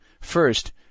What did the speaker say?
First